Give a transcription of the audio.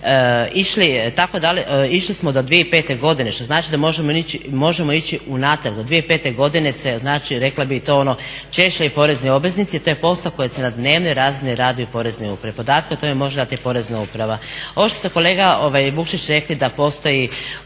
išli smo do 2005. godine, što znači da možemo ići unatrag, do 2005. godine se znači rekla bih to ono češljaju porezni obveznici. To je posao koji se na dnevnoj razini radi u Poreznoj upravi. Podatke o tome može dati Porezna uprava. Ovo što ste kolega Vukšić rekli da postoje